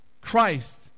Christ